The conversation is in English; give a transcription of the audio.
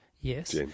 Yes